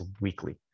weekly